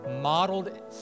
modeled